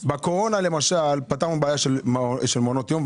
בקורונה, למשל, פתרנו בעיה של מעונות יום.